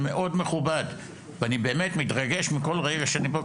מאוד מכובד ואני באמת מתרגש מכל רגע שאני פה,